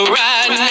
right